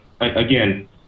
Again